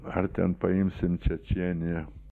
ar ten paimsim čia čia ne